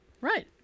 Right